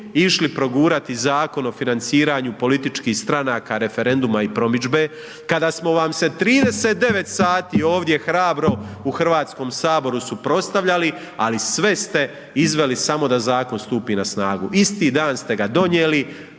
išli progurati Zakon o financiranju političkih stranaka, referenduma i promidžbe, kada smo vam se 39 sati ovdje hrabro u HS suprotstavljali, ali sve ste izveli, samo da zakon stupi na snagu, isti dan ste ga donijeli,